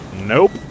Nope